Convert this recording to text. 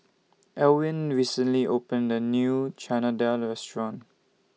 Elwin recently opened A New Chana Dal Restaurant